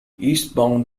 eastbound